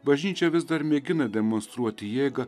bažnyčia vis dar mėgina demonstruoti jėgą